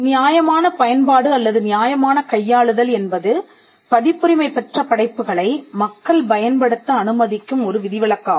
நியாயமான பயன்பாடு அல்லது நியாயமான கையாளுதல் என்பது பதிப்புரிமை பெற்ற படைப்புகளை மக்கள் பயன்படுத்த அனுமதிக்கும் ஒரு விதிவிலக்காகும்